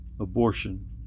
abortion